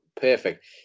perfect